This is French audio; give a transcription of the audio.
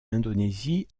indonésie